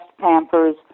Pampers